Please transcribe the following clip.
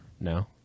No